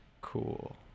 cool